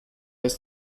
ist